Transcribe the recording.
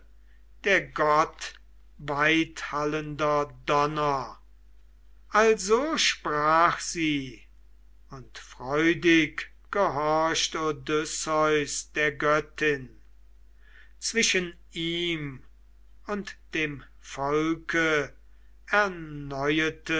der gott weithallender donner also sprach sie und freudig gehorcht odysseus der göttin zwischen ihm und dem volk